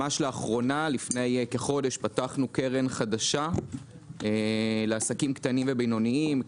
לפני כחודש פתחנו קרן חדשה לעסקים קטנים ובינוניים,